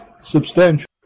substantial